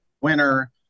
winner